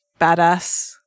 badass